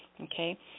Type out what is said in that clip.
okay